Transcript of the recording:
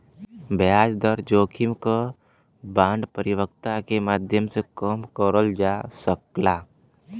ब्याज दर जोखिम क बांड परिपक्वता के माध्यम से कम करल जा सकला